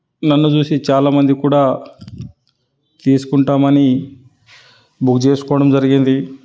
నన్ను చూసి చాలామంది కూడా తీసుకుంటాం అని బుక్ చేసుకోవడం జరిగింది